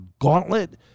gauntlet